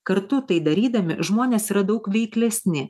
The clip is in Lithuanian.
kartu tai darydami žmonės yra daug veiklesni